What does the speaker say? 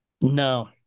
No